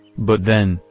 but then,